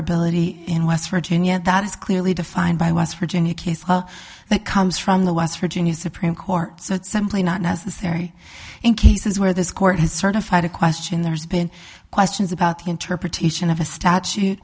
ability in west virginia that is clearly defined by west virginia case that comes from the west virginia supreme court so it's simply not necessary in cases where this court has certified a question there's been questions about the interpretation of a statu